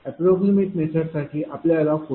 approximate method साठी आपल्याला 14